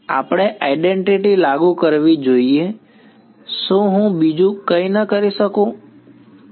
આપણે આઇડેન્ટીટી લાગુ કરવી જોઈએ શું હું બીજું કંઈક ન કરી શકું બરાબર